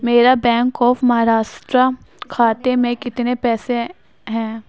میرا bank of Maharashtra کھاتے میں کتنے پیسے ہیں